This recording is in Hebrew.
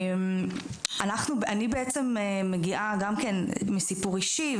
אני בעצם מגיעה גם מסיפור אישי,